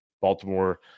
Baltimore